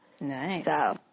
Nice